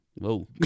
Whoa